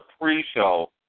pre-show